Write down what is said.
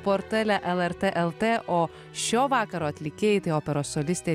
portale lrt el t o šio vakaro atlikėjai operos solistė